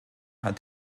hat